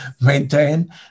maintain